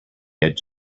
edge